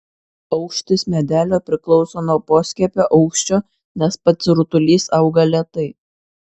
aukštis medelio priklauso nuo poskiepio aukščio nes pats rutulys auga lėtai